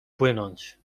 płynąć